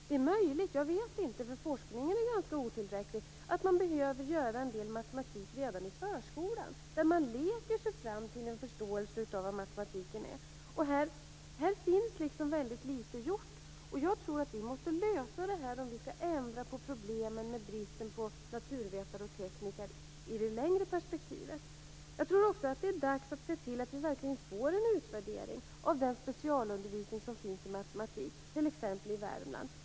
Det är möjligt - jag vet inte, för forskningen är ganska otillräcklig - att man behöver göra en del matematik redan i förskolan, där man leker sig fram till en förståelse av vad matematik är. Här finns väldigt litet gjort. Jag tror att vi måste lösa det här om vi skall ändra på problemet med bristen på naturvetare och tekniker i det längre perspektivet. Jag tror också att det är dags att se till att vi verkligen får en utvärdering av den specialundervisning i matematik som finns i t.ex. Värmland.